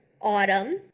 Autumn